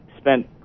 spent